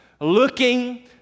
looking